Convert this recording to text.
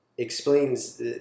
explains